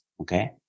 okay